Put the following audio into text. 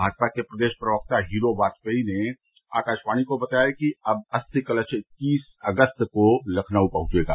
भाजपा के प्रदेश प्रवक्ता हीरो बाजपेयी ने आकाशवाणी को बताया कि अब अस्थि कलश इक्कीस अगस्त को लखनऊ पहुंचेगा